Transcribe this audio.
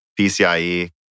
PCIe